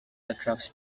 attracts